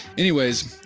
anyways,